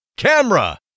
Camera